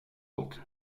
salt